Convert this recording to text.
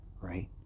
right